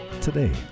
today